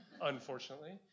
Unfortunately